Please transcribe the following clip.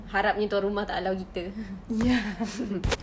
harapnya tuan rumah tak halau kita